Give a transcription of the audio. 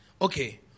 Okay